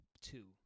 two